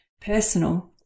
personal